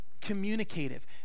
communicative